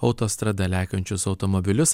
autostrada lekiančius automobilius